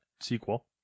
sequel